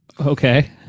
okay